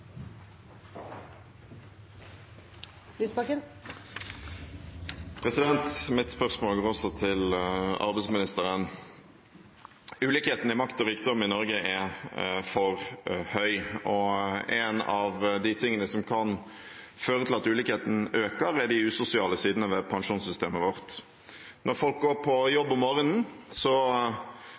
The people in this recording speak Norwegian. hovedspørsmål. Mitt spørsmål går også til arbeidsministeren. Ulikhetene i makt og rikdom i Norge er for store, og en av de tingene som kan føre til at ulikhetene øker, er de usosiale sidene ved pensjonssystemet vårt. Når folk går på jobb om